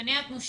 לכולם זה